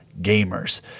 gamers